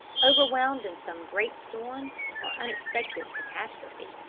overwhelmed in some great storm or unexpected catastrophe.